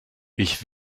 ich